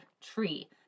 tree